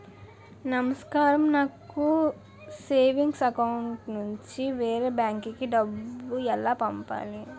నమస్కారం నాకు savings account నుంచి వేరే బ్యాంక్ కి డబ్బు ఎలా పంపాలి?